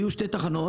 היו שתי תחנות.